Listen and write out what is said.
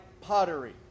pottery